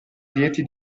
lieti